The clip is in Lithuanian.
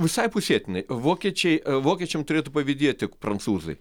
visai pusėtinai vokiečiai vokiečiam turėtų pavydėti prancūzai